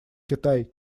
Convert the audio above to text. китай